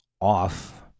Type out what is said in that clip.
off